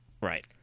Right